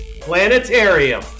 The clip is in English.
Planetarium